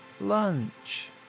lunch